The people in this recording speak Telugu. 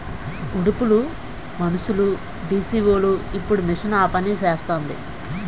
ఉడుపులు మనుసులుడీసీవోలు ఇప్పుడు మిషన్ ఆపనిసేస్తాంది